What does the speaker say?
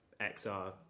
XR